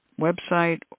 website